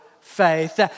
faith